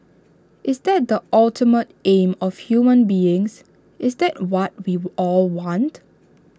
is that the ultimate aim of human beings is that what we all want